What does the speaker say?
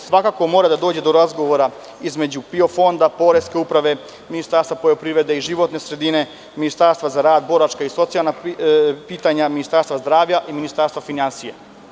Svakako mora da dođe do razgovora između PIO fonda, poreske uprave, Ministarstva poljoprivrede i životne sredine, Ministarstva za rad, boračka i socijalna pitanja, Ministarstva zdravlja i Ministarstva finansija.